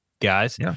guys